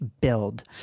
build